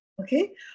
okay